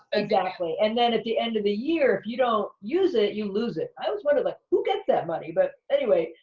exactly. and then at the end of the year, if you don't use it, you lose it. i always wondered, like, who gets that money? but anyway,